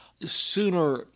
sooner